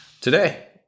today